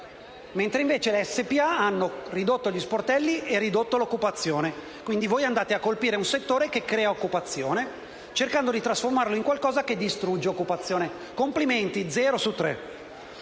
mentre le banche SpA hanno ridotto gli sportelli e così ridotto l'occupazione. Quindi, voi andate a colpire un settore che crea occupazione, cercando di trasformarlo in un tipo di banca che distrugge occupazione. Complimenti: zero su tre.